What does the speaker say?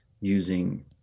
using